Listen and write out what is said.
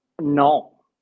No